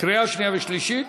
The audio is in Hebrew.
קריאה שנייה ושלישית.